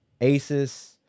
Asus